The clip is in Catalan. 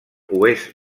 oest